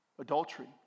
Adultery